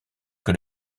que